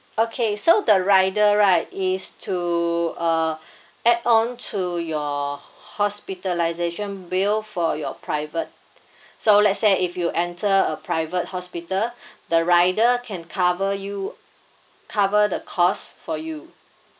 okay so the rider right is to uh add on to your hospitalisation bill for your private so let's say if you enter a private hospital the rider can cover you cover the cost for you